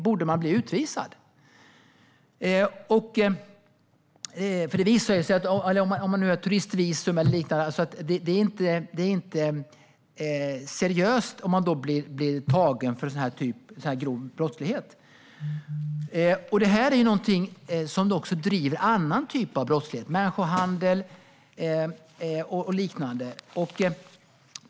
Även om man har turistvisum eller liknande är det inte seriöst om man blir tagen för sådan grov brottslighet. Detta är någonting som också driver annan typ av brottslighet, människohandel och liknande.